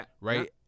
right